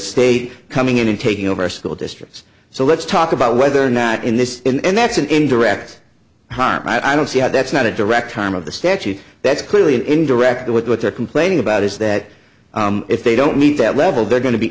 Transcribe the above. state coming in and taking over school districts so let's talk about whether or not in this and that's an indirect harm i don't see how that's not a direct time of the statute that's clearly in direct to what they're complaining about is that if they don't meet that level they're go